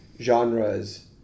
genres